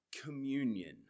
communion